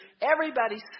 everybody's